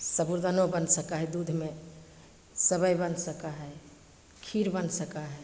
साबुदानो बनि सकै हइ दूधमे सेवइ बनि सकै हइ खीर बनि सकै हइ